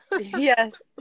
Yes